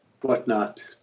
whatnot